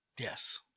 Yes